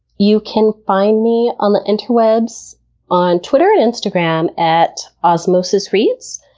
you can find me on the interwebs on twitter and instagram at osmosisreads.